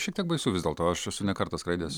šiek tiek baisu vis dėlto aš esu ne kartą skraidęs